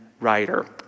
writer